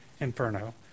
inferno